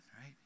right